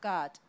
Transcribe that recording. God 。